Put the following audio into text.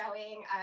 showing